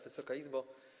Wysoka Izbo!